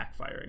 backfiring